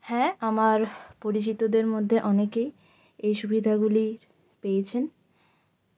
হ্যাঁ আমার পরিচিতদের মধ্যে অনেকেই এই সুবিধাগুলি পেয়েছেন